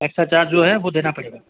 extra charge जो है वह देना पड़ेगा